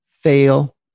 fail